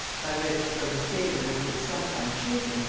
by which, though his favor with her was sometimes shaken,